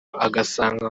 agasanga